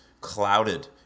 clouded